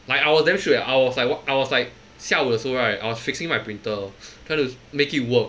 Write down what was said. like I was damn straight I was like I was like 下午的时候 right I was fixing my printer trying to make it work